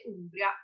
Umbria